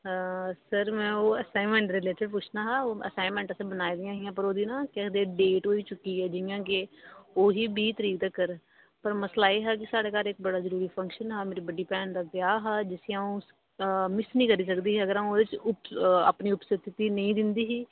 sir में ओह् assignment दे रिलेटेड पुच्छना हा ओह् असाइनमेंट असें बनाई दियां हियां पर ओह्दी ना डेट होई चुकी दी ऐ जि'यां कि ओह् ही बीह् तरीक तक्कर पर मसला एह् हा साढ़े घर इक्क फंक्शन हा मेरी बड्डी भैन दा ब्याह हा जिसी अं'ऊ मिस निं करी सकदी ही अगर अं'ऊ अपनी उपस्थिति नेईं दिंदी ही